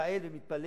מתפעל ומתפלא